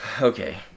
Okay